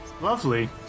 lovely